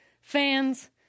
fans